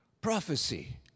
prophecy